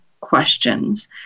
questions